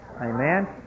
Amen